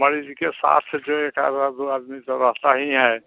मरीज़ के साथ जो एक आध दो आदमी तो रहता ही है